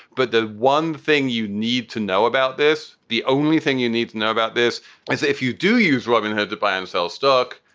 but the one thing you need to know about this, the only thing you need to know about this is that if you do use robinhood to buy and sell stock,